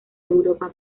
europa